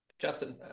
justin